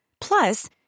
Plus